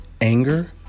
anger